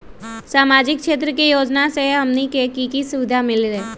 सामाजिक क्षेत्र के योजना से हमनी के की सुविधा मिलतै?